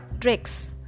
tricks